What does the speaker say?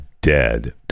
dead